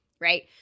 right